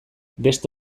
beste